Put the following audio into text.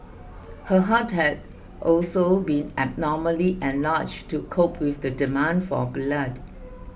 her heart had also been abnormally enlarged to cope with the demand for blood